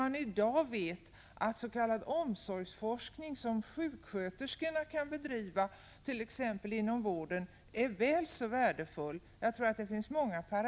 Men i dag vet man att den s.k. omsorgsforskning som sjuksköterskorna kan bedriva, t.ex. inom vården, är väl så värdefull. Jag tror att det finns många likheter.